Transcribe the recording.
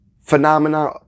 phenomena